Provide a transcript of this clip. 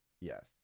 Yes